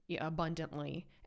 abundantly